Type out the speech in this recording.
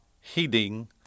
heeding